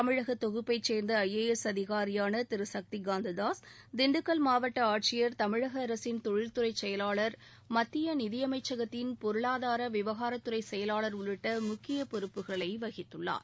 தமிழக தொகுப்பைச் சேர்ந்த ஐஏஎஸ் அதிகாரியான திரு சக்தி காந்ததாஸ் திண்டுக்கல் மாவட்ட ஆட்சியர் தமிழக அரசின் தொழில்துறை செயலாளர் மத்திய நிதியமைச்சகத்தின் பொருளாதார விவகாரத்துறை செயலாளர் உள்ளிட்ட முக்கிய பொறுப்புகளை வகித்துள்ளார்